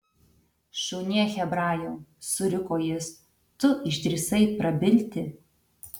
šunie hebrajau suriko jis tu išdrįsai prabilti